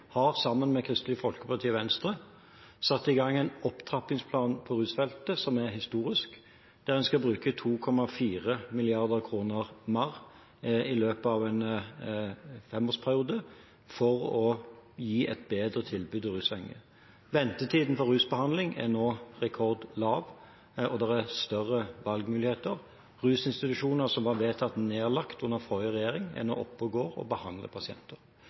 har sammen med Kristelig Folkeparti og Venstre satt i gang en opptrappingsplan på rusfeltet, som er historisk, der vi skal bruke 2,4 mrd. kr mer i løpet av en femårsperiode for å gi et bedre tilbud til rusavhengige. Ventetiden for rusbehandling er nå rekordlav, og det er større valgmuligheter. Rusinstitusjoner som var vedtatt nedlagt under forrige regjering, er oppe og går, og de behandler nå pasienter.